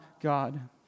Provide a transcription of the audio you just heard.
God